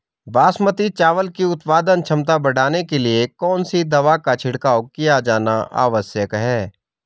बासमती चावल की उत्पादन क्षमता बढ़ाने के लिए कौन सी दवा का छिड़काव किया जाना आवश्यक है?